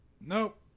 nope